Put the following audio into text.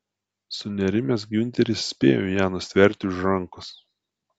sunerimęs giunteris spėjo ją nustverti už rankos